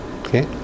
Okay